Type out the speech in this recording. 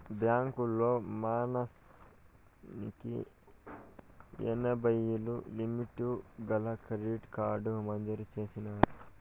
బాంకీలోల్లు మాసానికి ఎనభైయ్యేలు లిమిటు గల క్రెడిట్ కార్డు మంజూరు చేసినారు